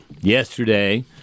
Yesterday